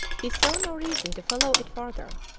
he saw no reason to follow it farther,